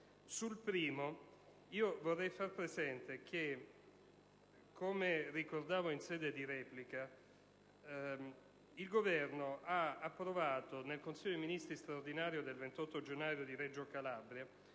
Sul primo aspetto vorrei far presente che, come ricordavo in sede di replica, il Governo ha approvato nel Consiglio dei ministri straordinario del 28 gennaio a Reggio Calabria